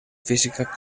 física